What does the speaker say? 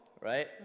right